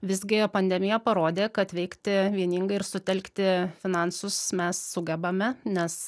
visgi pandemija parodė kad veikti vieningai ir sutelkti finansus mes sugebame nes